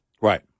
Right